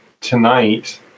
tonight